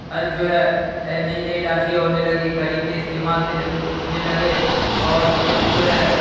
اب جو ہے نئی نئی لاٹھی ہونے لگی گھڑی کے استعمال سے لوگ اٹھنے لگے اور لوگ جو ہے